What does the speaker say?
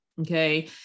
Okay